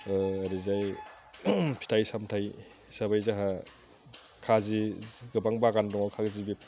ओरैजाय फिथाइ सामथाय हिसाबै जोंहा काजि गोबां बागान दङ काजि